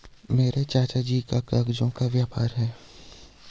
मेरे चाचा जी का कागजों का व्यापार है